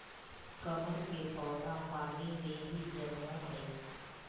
कमल के पौधा पानी में ही जन्मो हइ